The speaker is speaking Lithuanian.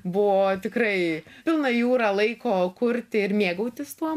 buvo tikrai pilna jūra laiko kurti ir mėgautis tuom